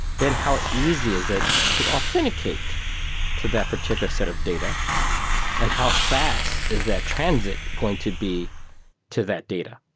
then how easy is it to authenticate to that particular set of data and how fast is that transit going to be to that data?